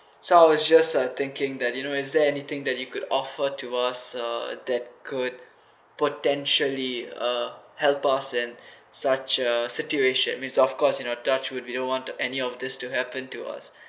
so I was just uh thinking that you know is there anything that you could offer to us uh that could potentially uh help us in such a situation I mean of course you know touch wood we don't want any of this to happen to us